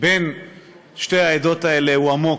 בין שתי העדות האלה הוא עמוק,